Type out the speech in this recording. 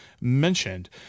mentioned